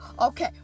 Okay